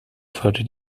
würde